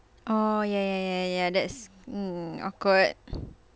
oh ya ya ya ya ya that's mm awkward